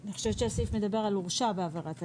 אני חושבת שהסעיף מדבר על הורשע בעבירה.